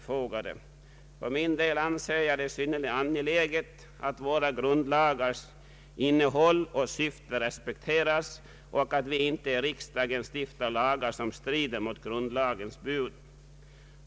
För min del anser jag det synnerligen angeläget att våra grundlagars innehåll och syfte respekteras och att vi i riksdagen inte stiftar lagar som strider mot grundlagens bud.